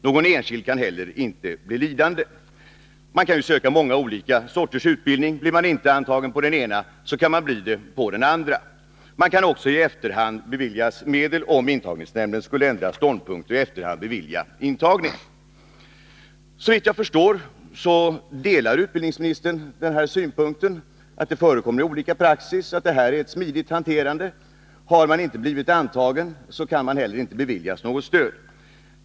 Någon enskild kan inte heller bli lidande. Man kan söka många olika utbildningar. Blir man inte antagen på den ena, kan man bli det på den andra. Man kan också i efterhand beviljas medel, om intagningsnämnden skulle ändra ståndpunkt och i efterhand bevilja intagning. Såvitt jag förstår delar utbildningsministern uppfattningen att det förekommer olika praxis och att den praxis som jag har redovisat innebär ett smidigt hanterande. Har man inte blivit antagen, kan man heller inte beviljas något stöd.